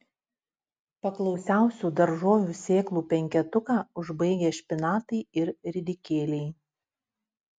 paklausiausių daržovių sėklų penketuką užbaigia špinatai ir ridikėliai